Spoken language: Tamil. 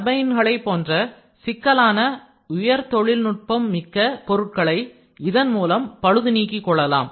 டர்பைன் மாடுகளை போன்ற சிக்கலான உயர் தொழில்நுட்பம் மிக்க பொருட்களை இதன் மூலம் பழுது நீக்கி கொள்ளலாம்